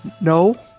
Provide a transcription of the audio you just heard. no